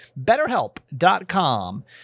BetterHelp.com